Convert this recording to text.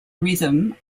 rhythm